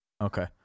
Okay